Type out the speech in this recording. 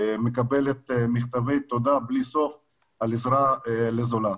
מקבלת מכתבי תודה בלי סוף על עזרה לזולת.